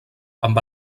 amb